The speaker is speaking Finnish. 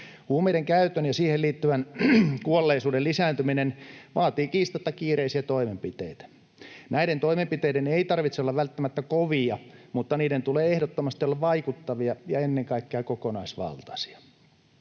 Huumeidenkäytön ja siihen liittyvän kuolleisuuden lisääntyminen vaatii kiistatta kiireisiä toimenpiteitä. Näiden toimenpiteiden ei tarvitse olla välttämättä kovia, mutta niiden tulee ehdottomasti olla vaikuttavia ja ennen kaikkea kokonaisvaltaisia.